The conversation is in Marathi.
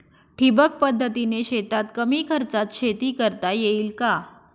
ठिबक पद्धतीने शेतात कमी खर्चात शेती करता येईल का?